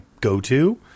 go-to